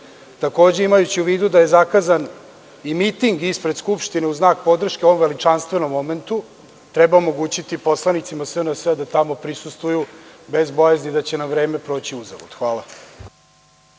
imajući u vidu da je zakazan i miting ispred Skupštine u znak podrške ovom veličanstvenom momentu, treba omogućiti poslanicima SNS da tamo prisustvuju bez bojazni da će nam vreme proći uzalud. Hvala